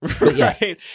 Right